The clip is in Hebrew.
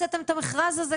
כשהוצאת את המכרז הזה,